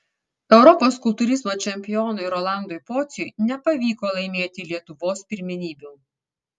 europos kultūrizmo čempionui rolandui pociui nepavyko laimėti lietuvos pirmenybių